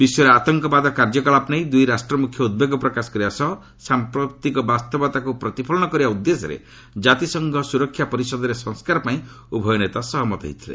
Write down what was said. ବିଶ୍ୱରେ ଆତଙ୍କବାଦ କାର୍ଯ୍ୟକଳାପ ନେଇ ଦୁଇ ରାଷ୍ଟ୍ରମ୍ରଖ୍ୟ ଉଦ୍ବେଗ ପ୍ରକାଶ କରିବା ସହ ସାମ୍ପ୍ରତିକ ବାସ୍ତବତାକୁ ପ୍ରତିଫଳନ କରିବା ଉଦ୍ଦେଶ୍ୟରେ କାତିସଂଘ ସ୍ରରକ୍ଷା ପରିଷଦରେ ସଂସ୍କାର ପାଇଁ ଉଭୟ ନେତା ସହମତ ହୋଇଛନ୍ତି